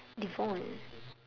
devon